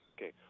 Okay